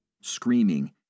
Screaming